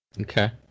Okay